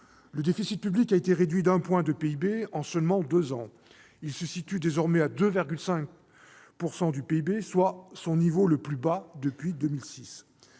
Le déficit public a été réduit d'un point de PIB en seulement deux ans : il se situe désormais à 2,5 % du PIB, soit son niveau le plus bas depuis 2006.